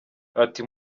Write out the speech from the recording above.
ati